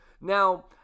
Now